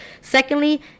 Secondly